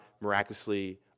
miraculously